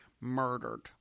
murdered